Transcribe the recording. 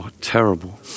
terrible